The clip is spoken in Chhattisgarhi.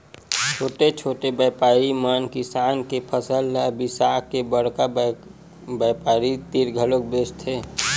छोटे छोटे बेपारी मन किसान के फसल ल बिसाके बड़का बेपारी तीर घलोक बेचथे